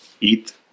eat